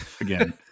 again